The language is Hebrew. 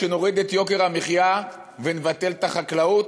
שנוריד את יוקר המחיה ונבטל את החקלאות?